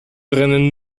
brennen